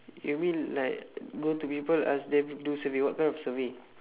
you mean like go to people ask them do survey what kind of survey